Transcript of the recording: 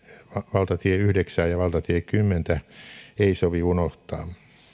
valtatie yhdeksää ja valtatie kymmentä ei sovi unohtaa